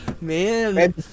Man